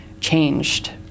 changed